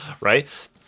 right